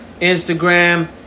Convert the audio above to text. Instagram